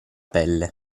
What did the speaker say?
pelle